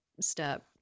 step